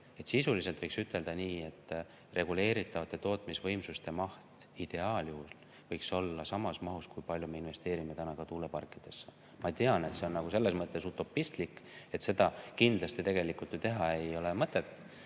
Sisuliselt võiks ütelda nii, et reguleeritavate tootmisvõimsuste maht ideaaljuhul võiks olla samas mahus, kui palju me investeerime tuuleparkidesse. Ma tean, et see on selles mõttes utopistlik, et seda kindlasti tegelikult teha ei ole mõtet.